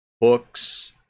books